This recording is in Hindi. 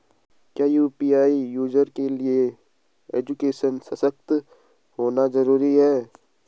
क्या यु.पी.आई यूज़र के लिए एजुकेशनल सशक्त होना जरूरी है?